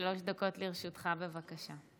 שלוש דקות לרשותך, בבקשה.